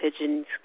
pigeons